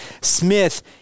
Smith